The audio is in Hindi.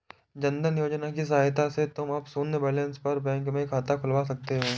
जन धन योजना की सहायता से तुम अब शून्य बैलेंस पर बैंक में खाता खुलवा सकते हो